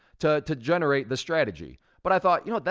to to generate the strategy. but i thought, you know,